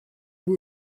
nur